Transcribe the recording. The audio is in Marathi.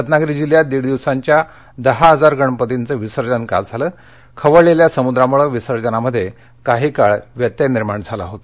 रत्नागिरी जिल्ह्यात दीड दिवसाच्या दहा हजार गणपतींचं विसर्जन काल झालं खवळलेल्या समुद्रामूळं विसर्जनामध्ये काही काळ व्यत्यय निर्माण झाला होता